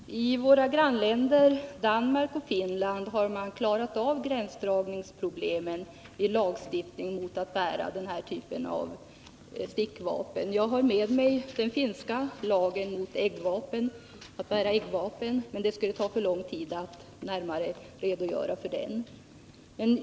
Herr talman! I våra grannländer Danmark och Finland har man klarat av gränsdragningsproblemen i lagstiftningen mot den här typen av stickvapen. Jag har med mig den finska lagen mot eggvapen, men det skulle ta för lång tid att närmare redogöra för den.